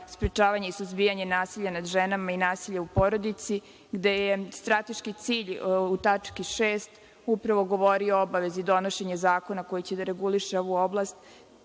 sprečavanje i suzbijanje nasilja nad ženama i nasilja u porodici, gde je strateški cilj u tački 6. upravo govorio o obavezi donošenja zakona koji će da reguliše ovu oblast,